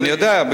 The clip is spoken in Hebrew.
אני יודע,